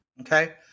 okay